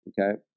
okay